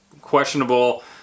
questionable